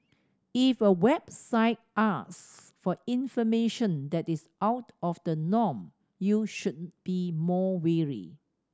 if a website ask for information that is out of the norm you should be more wary